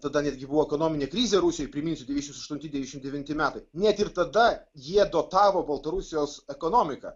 tada netgi buvo ekonominė krizė rusijoj priminsiu devyniasdešimt aštunti devyniasdešimt devinti metai net ir tada jie dotavo baltarusijos ekonomiką